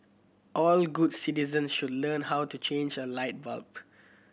all good citizens should learn how to change a light bulb